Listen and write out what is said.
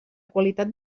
qualitat